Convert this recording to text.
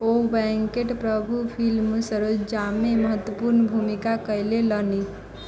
ओ वेंकट प्रभुक फिल्म सरोजामे महत्वपूर्ण भूमिका कयलनि